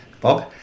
Bob